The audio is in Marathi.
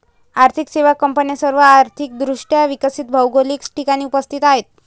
आर्थिक सेवा कंपन्या सर्व आर्थिक दृष्ट्या विकसित भौगोलिक ठिकाणी उपस्थित आहेत